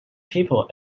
people